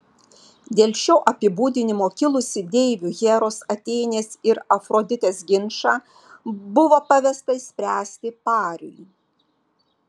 dėl šio apibūdinimo kilusį deivių heros atėnės ir afroditės ginčą buvo pavesta išspręsti pariui